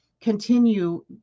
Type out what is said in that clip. continue